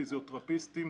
פיזיותרפיסטים,